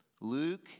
Luke